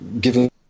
Given